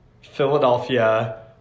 Philadelphia